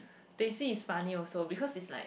Teh C is funny also because it's like